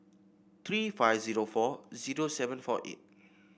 three five zero four zero seven four eight